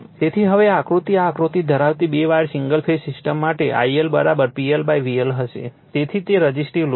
તેથી હવે આ આકૃતિમાંથી આ આકૃતિ ધરાવતી બે વાયર સિંગલ ફેઝ સિસ્ટમ માટે તે IL PL VL હશે તેથી તે રઝિસ્ટીવ લોડ છે